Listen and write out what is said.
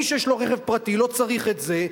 עכשיו, מי שיש לו רכב פרטי, לא צריך את זה.